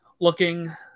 looking